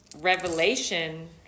revelation